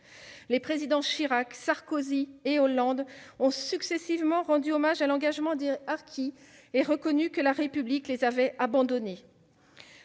Les Présidents Chirac, Sarkozy et Hollande ont successivement rendu hommage à l'engagement des harkis et reconnu que la République les avait abandonnés.